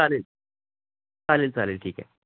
चालेल चालेल चालेल ठीक आहे